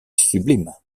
sublime